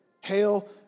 Hail